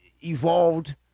evolved